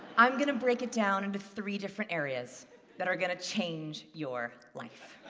i am going to break it down into three different areas that are going to change your life.